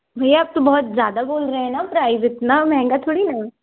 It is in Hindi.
भैया आप तो बहुत ज़्यादा बोल रहे हैं ना प्राइस इतना महंगा थोड़ी है